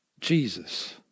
Jesus